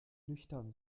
nüchtern